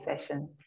session